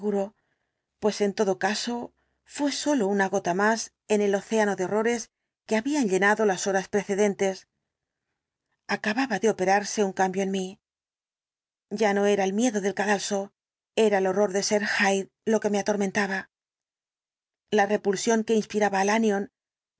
pues en todo caso fué sólo una gota más en el océano de horrores que haexplicación completa del caso bían llenado las horas precedentes acababa de operarse un cambio en mí ya no era el miedo del cadalso era el horror de ser hyde lo que me atormentaba la repulsión que inspiraba á